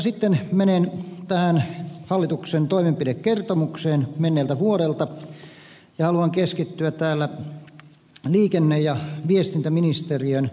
mutta sitten menen tähän hallituksen toimenpidekertomukseen menneeltä vuodelta ja haluan keskittyä täällä liikenne ja viestintäministeriön sektoriin